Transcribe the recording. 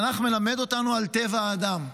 התנ"ך מלמד אותנו על טבע האדם,